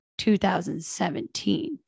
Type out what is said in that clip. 2017